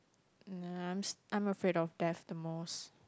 nah I'm afraid of death the most